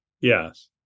Yes